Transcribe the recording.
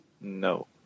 No